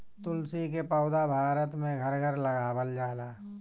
तुलसी के पौधा भारत में घर घर लगावल जाला